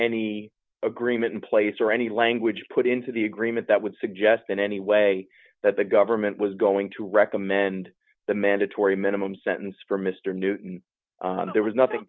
any agreement in place or any language put into the agreement that would suggest in any way that the government was going to recommend the mandatory minimum sentence for mr newton there was nothing